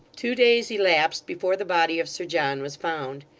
two days elapsed before the body of sir john was found.